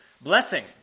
blessing